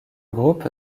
groupe